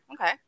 Okay